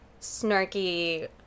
snarky